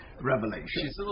Revelation